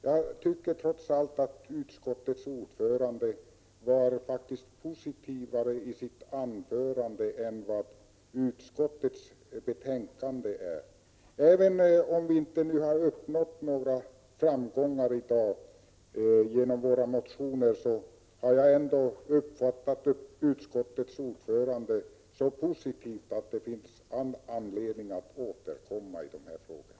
Jag tycker trots allt att utskottets ordförande var mer positiv i sitt anförande än vad utskottets betänkande är. Även om vi inte har uppnått några framgångar i dag genom våra motioner har jag ändå uppfattat utskottets ordförande som positiv, och det finns all anledning att återkomma i dessa frågor.